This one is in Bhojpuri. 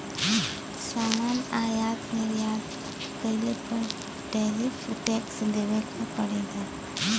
सामान आयात निर्यात कइले पर टैरिफ टैक्स देवे क पड़ेला